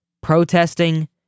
Protesting